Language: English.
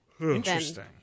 Interesting